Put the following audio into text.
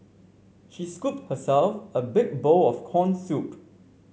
she scooped herself a big bowl of corn soup